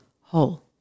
whole